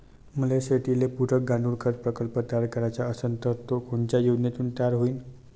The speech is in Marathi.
मले शेतीले पुरक गांडूळखत प्रकल्प तयार करायचा असन तर तो कोनच्या योजनेतून तयार होईन?